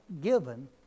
given